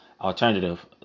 alternative